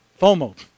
FOMO